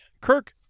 Kirk